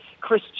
Chris